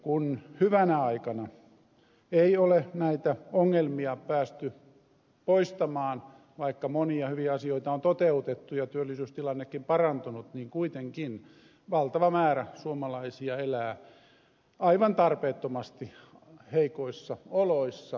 kun hyvänä aikana ei ole näitä ongelmia päästy poistamaan vaikka monia hyviä asioita on toteutettu ja työllisyystilannekin parantunut niin kuitenkin valtava määrä suomalaisia elää aivan tarpeettomasti heikoissa oloissa taloudellisesti